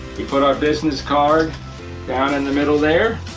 you put our business card down in the middle there